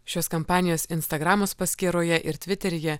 šios kampanijos instagramas paskyroje ir tviteryje